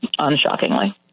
Unshockingly